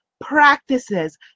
practices